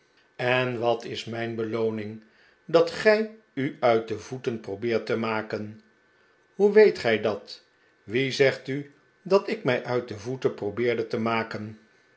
en wat is mijn belooning dat gij u uit de voeten probeert te maken hoe weet gij dat wie zegt u dat ik mij uit de voeten probeerde te maken